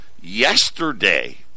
yesterday